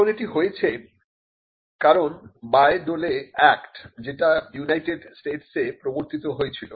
এখন এটি হয়েছে কারণবায় ডোলে অ্যাক্ট যেটা ইউনাইটেড স্টেটসে প্রবর্তিত হয়েছিল